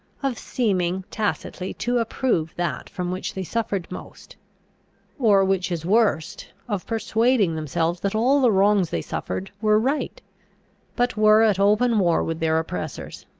of seeming tacitly to approve that from which they suffered most or, which is worst, of persuading themselves that all the wrongs they suffered were right but were at open war with their oppressors.